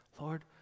Lord